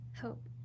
hope